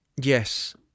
Yes